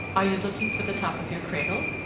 are you looking for the top of your cradle?